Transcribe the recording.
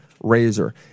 razor